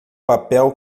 papel